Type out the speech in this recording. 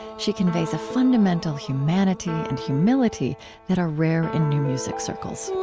she conveys a fundamental humanity and humility that are rare in new-music circles.